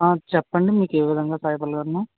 ఆ చెప్పండి మీకు ఏ విధంగా సహాయపడగలను